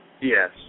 Yes